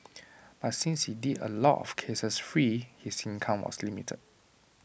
but since he did A lot of cases free his income was limited